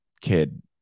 kid